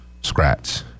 scratch